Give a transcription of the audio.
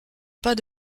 pas